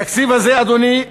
התקציב הזה, אדוני,